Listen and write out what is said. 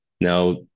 Now